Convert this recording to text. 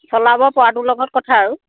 চলাব পৰাটো লগত কথা আৰু